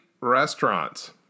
restaurants